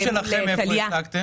רגע, את הנתונים שלכם מאיפה השגתם?